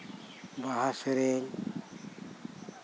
ᱵᱟᱦᱟ ᱥᱮᱹᱨᱮᱹᱧ